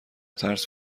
ترس